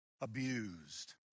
abused